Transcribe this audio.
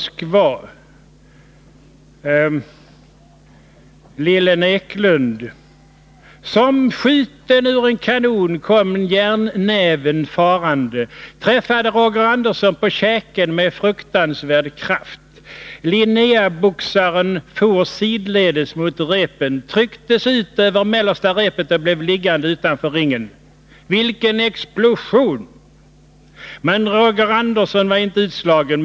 ”Som skjuten ur en kanon kom ”järnnäven” farande. Träffade Roger Andersson på käken med fruktansvärd kraft. Linnéaboxaren for sidledes mot repen, trycktes ut över mellersta repet och blev liggande utanför ringen. Vilken explosion! ——-- Men Roger Andersson, 91 kg, var inte utslagen.